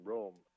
Rome